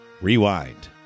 Rewind